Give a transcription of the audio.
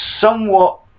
somewhat